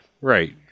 Right